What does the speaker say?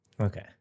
Okay